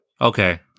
Okay